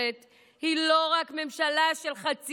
היא לא רק ממשלה של חצי מהעם,